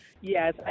Yes